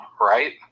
right